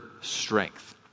strength